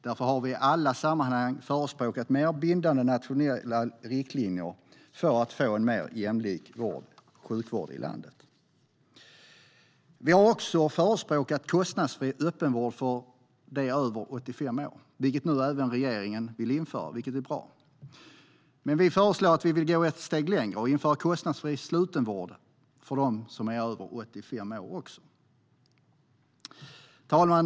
Därför har vi i alla sammanhang förespråkat mer bindande nationella riktlinjer för att få en mer jämlik sjukvård i landet. Vi har också förespråkat en kostnadsfri öppenvård för dem som är över 85 år. Det vill även regeringen nu införa, vilket är bra. Men vi vill gå ett steg längre och även införa kostnadsfri slutenvård för dem som är över 85 år. Herr talman!